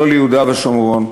לא ליהודה ושומרון.